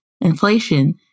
inflation